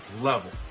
level